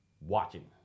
watching